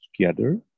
together